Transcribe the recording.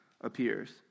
appears